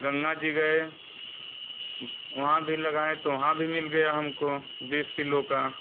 गंगा जी गए वहाँ भी लगाए तो वहाँ भी मिल गया हम को बीस किलो का